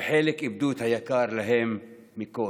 וחלק איבדו את היקר להם מכול.